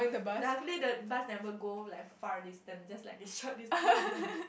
luckily the bus never go like far distance just like short distance lah